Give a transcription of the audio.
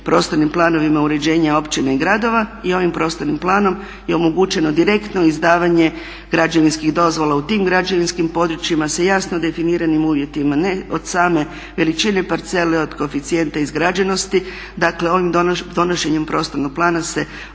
prostornim planom je omogućeno direktno izdavanje građevinskih dozvola. U tim građevinskim područjima sa jasno definiranim uvjetima ne od same veličine parcele, od koeficijenta izgrađenosti, dakle ovim donošenjem prostornog plana se